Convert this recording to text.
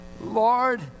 Lord